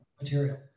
material